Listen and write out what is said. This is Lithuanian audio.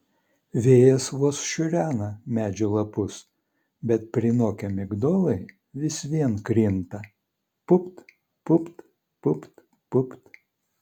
vėjas vos šiurena medžių lapus bet prinokę migdolai vis vien krinta pupt pupt pupt pupt